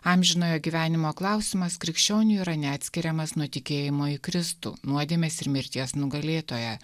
amžinojo gyvenimo klausimas krikščionių yra neatskiriamas nuo tikėjimo į kristų nuodėmės ir mirties nugalėtoją